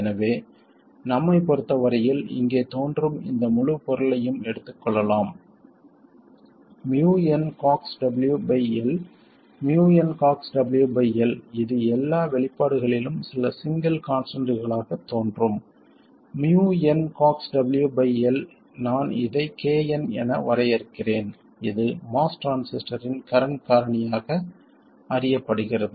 எனவே நம்மைப் பொறுத்த வரையில் இங்கே தோன்றும் இந்த முழுப் பொருளையும் எடுத்துக் கொள்ளலாம் mu n C ox W by L mu n C ox W by L இது எல்லா வெளிப்பாடுகளிலும் சில சிங்கிள் கான்ஸ்டன்ட்களாகத் தோன்றும் mu n C ox W by L நான் இதை Kn என வரையறுக்கிறேன் இது MOS டிரான்சிஸ்டரின் கரண்ட் காரணியாக அறியப்படுகிறது